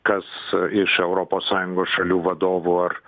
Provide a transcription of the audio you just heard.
kas iš europos sąjungos šalių vadovų ar